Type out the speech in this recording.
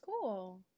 cool